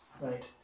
right